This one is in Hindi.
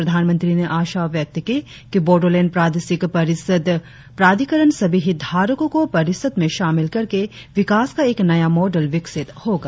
प्रधानमंत्री ने आशा व्यक्त की कि बोडोलैंड प्रादेशिक परिषद प्राधिकरण सभी हितधारकों को परिषद में शामिल करके विकास का एक नया मॉडल विकसित होगा